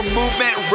movement